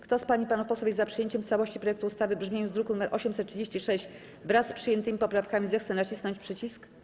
Kto z pań i panów posłów jest za przyjęciem w całości projektu ustawy w brzmieniu z druku nr 836, wraz z przyjętymi poprawkami, zechce nacisnąć przycisk.